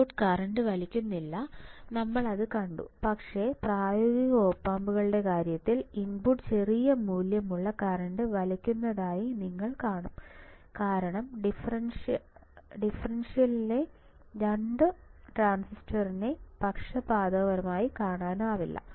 input current വലിയ്ക്കുന്നില്ല നമ്മൾ അത് കണ്ടു പക്ഷേ പ്രായോഗിക ഓപ് ആമ്പുകളുടെ കാര്യത്തിൽ ഇൻപുട്ട് ചെറിയ മൂല്യം ഉള്ള കറന്റ് വലിയ്ക്കുന്നതായി നിങ്ങൾ കാണും കാരണം ഡിഫറൻഷ്യലിലെ 2 ട്രാൻസിസ്റ്ററിനെ പക്ഷപാതപരമായി കാണാനാവില്ല